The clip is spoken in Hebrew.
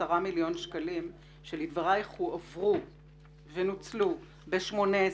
מיליון שקלים שלדבריך הועברו ונוצלו ב-2018,